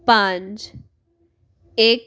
ਪੰਜ ਇੱਕ